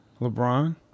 LeBron